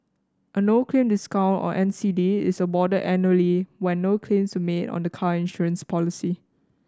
a no claim discount or N C D is awarded annually when no claims were made on the car insurance policy